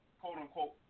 quote-unquote